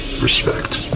respect